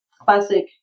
classic